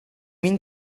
mean